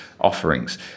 offerings